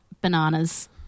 bananas